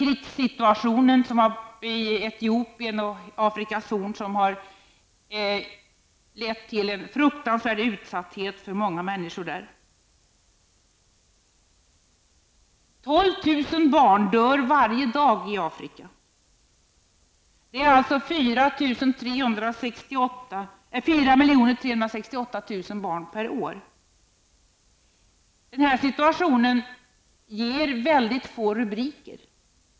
Krigssituationen i ett Etiopien och på Afrikas horn har lett till en fruktansvärd utsatthet för många människor. 12 000 barn dör varje dag i Afrika, alltså 4 368 000 barn per år. Den här situationen ger mycket få rubriker.